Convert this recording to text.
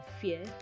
fear